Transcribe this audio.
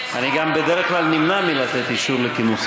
אני גם בדרך כלל נמנע מלתת אישור לכינוסים כאלה.